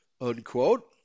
unquote